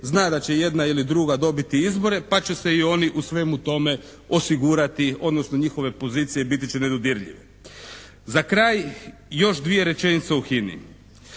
zna da će jedna ili druga dobiti izbore pa će se i oni u svemu tome osigurati odnosno njihove pozicije biti će nedodirljive. Za kraj još dvije rečenice o HINA-i.